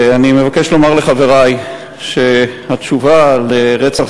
ואני מבקש לומר לחברי שהתשובה לרצח